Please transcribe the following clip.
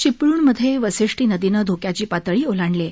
चिपळूणमध्ये वाशिष्ठी नदीनं धोक्याची पातळी ओलांडली आहे